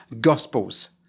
gospels